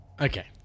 Okay